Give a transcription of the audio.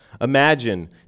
Imagine